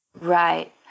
Right